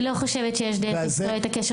להלן תרגומם: אני לא חושבת שיש לקטוע את הקשר